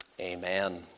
Amen